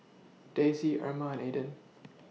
Daisey Erma Aydin